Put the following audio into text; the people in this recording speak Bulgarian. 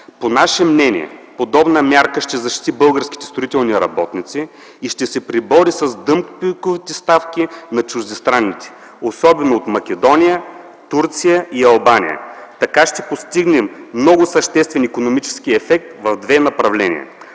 По наше мнение подобна мярка ще защити българските строителни работници и ще се пребори с дъмпинговите ставки на чуждестранните, особено от Македония, Турция и Албания. Така ще постигнем много съществен икономически ефект в две направления: